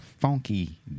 Funky